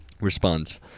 responds